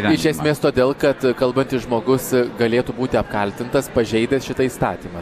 iš esmės todėl kad kalbantis žmogus galėtų būti apkaltintas pažeidęs šitą įstatymą